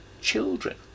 children